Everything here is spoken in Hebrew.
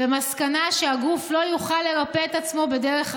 ומסקנה שהגוף לא יוכל לרפא את עצמו בדרך אחרת.